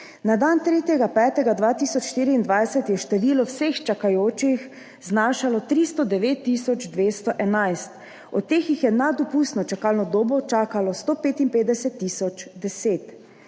Na dan 3. 5. 2024 je število vseh čakajočih znašalo 309 tisoč 211, od teh jih je nad dopustno čakalno dobo čakalo 155